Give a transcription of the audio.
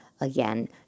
again